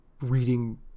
reading